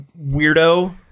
weirdo